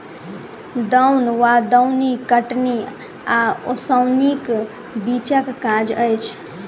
दौन वा दौनी कटनी आ ओसौनीक बीचक काज अछि